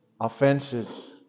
offenses